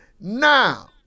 Now